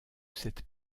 cette